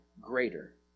greater